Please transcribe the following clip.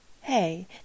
hey